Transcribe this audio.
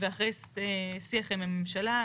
ואחרי שיח עם הממשלה,